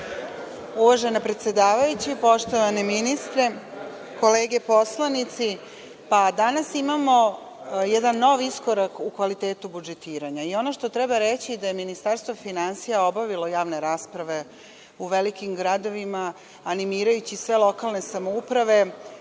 Uvažena predsedavajuća, poštovani ministre, narodni poslanici, danas imamo jedan nov iskorak u kvalitetu budžetiranja. Ono što treba reći jeste da je Ministarstvo finansija obavila javne rasprave u velikim gradovima animirajući sve lokalne samouprave